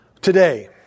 Today